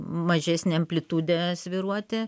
mažesne amplitude svyruoti